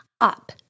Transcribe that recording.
up